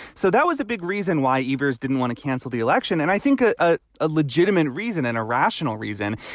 so that was a big reason why iver's didn't want to cancel the election. and i think ah ah a legitimate reason and a rational reason.